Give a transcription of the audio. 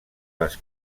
les